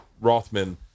rothman